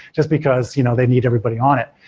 just because you know they need everybody on it.